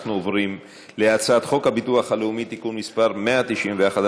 אנחנו עוברים להצעת חוק הביטוח הלאומי (תיקון מס' 191),